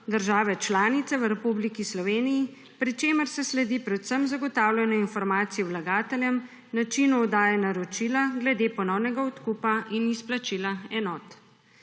države članice v Republiki Sloveniji, pri čemer se sledi predvsem zagotavljanju informacij vlagateljem, načinu oddaje naročila glede ponovnega odkupa in izplačila enot.